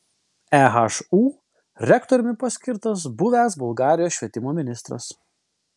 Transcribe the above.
ehu rektoriumi paskirtas buvęs bulgarijos švietimo ministras